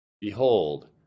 Behold